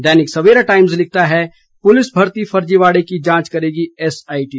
दैनिक Savera Times लिखता है पुलिस भर्ती फर्जीवाड़े की जांच करेगी एसआईटी